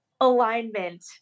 alignment